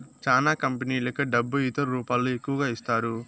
చానా కంపెనీలకు డబ్బు ఇతర రూపాల్లో ఎక్కువగా ఇస్తారు